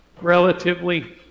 relatively